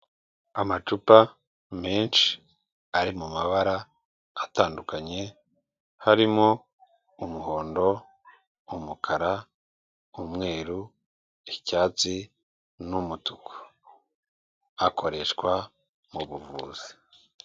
Amacupa menshi ari mu mabara atandukanye harimo umuhondo, umukara, umweru icyatsi n'umutuku akoreshwa mu buvuzi.